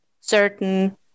certain